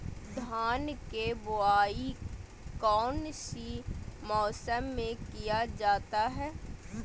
धान के बोआई कौन सी मौसम में किया जाता है?